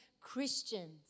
Christians